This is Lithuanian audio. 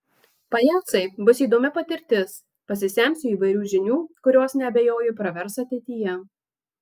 pajacai bus įdomi patirtis pasisemsiu įvairių žinių kurios neabejoju pravers ateityje